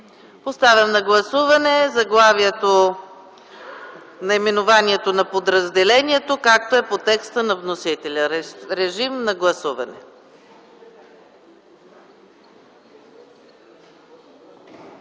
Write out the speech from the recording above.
Поставям на гласуване наименованието на подразделението, както е по текста на вносителя. Моля, гласувайте.